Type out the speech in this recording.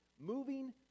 Moving